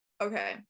okay